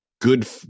good